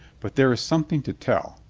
but there is something to tell.